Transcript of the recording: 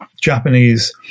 Japanese